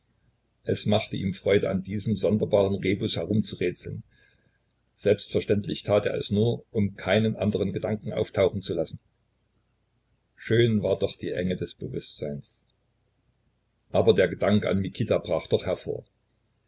es machte ihm freude an diesem sonderbaren rebus herumzurätseln selbstverständlich tat er es nur um keinen anderen gedanken auftauchen zu lassen schön war doch die enge des bewußtseins aber der gedanke an mikita brach doch hervor